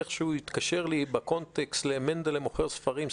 וזה איכשהו התקשר לי בקונטקסט למנדלה מוכר ספרים,